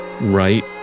right